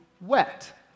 wet